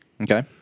Okay